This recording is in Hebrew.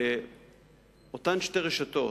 שאותן שתי רשתות,